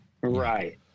Right